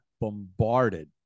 bombarded